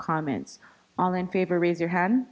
comments all in favor raise your hand